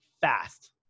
fast